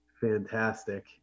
Fantastic